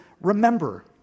remember